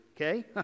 okay